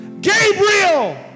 Gabriel